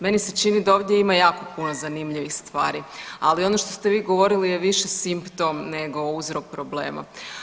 Meni se čini da ovdje ima jako puno zanimljivih stvari, ali ono što ste vi govorili je više simptom ili uzrok problema.